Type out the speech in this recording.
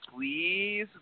Please